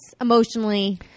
Emotionally